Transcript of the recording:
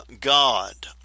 God